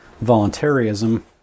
voluntarism